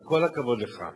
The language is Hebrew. עם כל הכבוד לך,